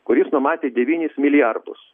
kuris numatė devynis milijardus